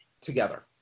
together